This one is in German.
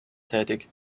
tätig